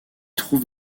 trouve